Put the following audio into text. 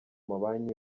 mabanki